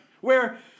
Where-